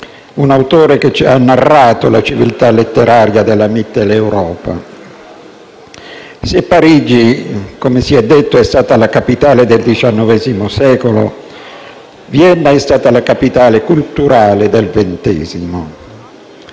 un autore che ci ha narrato la civiltà letteraria della Mitteleuropa. Se Parigi, come si è detto, è stata la capitale del XIX secolo, Vienna è stata la capitale culturale del XX secolo.